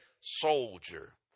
soldier